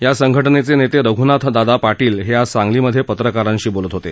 या संघटनेचे नेते रघ्नाथदादा पाटील हे आज सांगलीमध्ये पत्रकारांशी बोलत होते